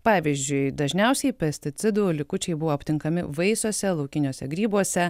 pavyzdžiui dažniausiai pesticidų likučiai buvo aptinkami vaisiuose laukiniuose grybuose